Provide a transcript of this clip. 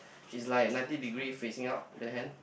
is like ninety degree facing out then